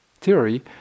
theory